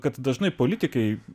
kad dažnai politikai